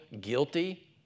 guilty